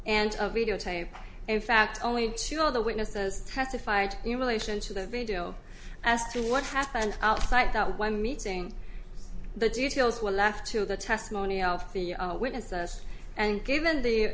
and a videotape in fact only two all the witnesses testified in relation to the video as to what happened outside that one meeting the details were left to the testimony of the witnesses and given the